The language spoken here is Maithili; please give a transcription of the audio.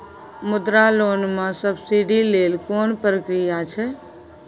मुद्रा लोन म सब्सिडी लेल कोन प्रक्रिया छै?